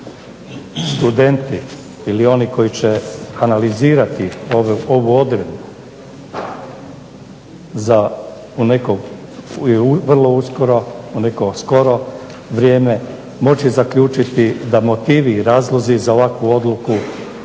studenti ili oni koji će analizirati ovu odredbu u neko skoro vrijeme, moći zaključiti da motivi i razlozi za ovakvu odluku